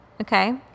Okay